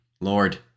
Lord